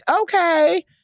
okay